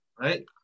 Right